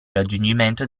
raggiungimento